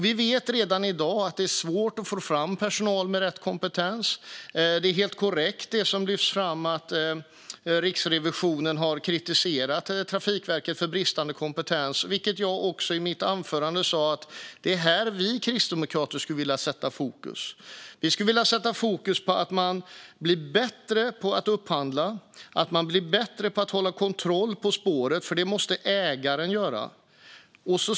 Vi vet redan i dag att det är svårt att få fram personal med rätt kompetens. Det som lyfts fram är helt korrekt, alltså att Riksrevisionen har kritiserat Trafikverket för bristande kompetens. Jag sa också i mitt anförande att det är där som vi kristdemokrater skulle vilja sätta fokus: att man blir bättre på att upphandla och att man blir bättre på att hålla kontroll på spåret. Det måste ägaren göra.